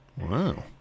Wow